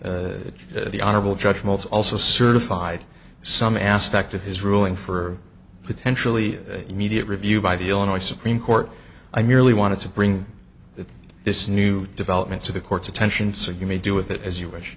believe the honorable judge most also certified some aspect of his ruling for potentially immediate review by the illinois supreme court i merely wanted to bring this new development to the court's attention so you may do with it as you wish